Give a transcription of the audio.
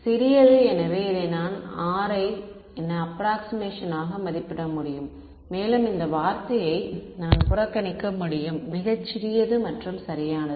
சிறியது எனவே இதை நான் R என அப்ராக்க்ஷிமேஷனாக மதிப்பிட முடியும் மேலும் இந்த வார்த்தையை நான் புறக்கணிக்க முடியும் மிகச் சிறியது மற்றும் சரியானது